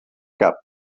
cap